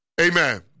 Amen